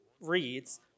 reads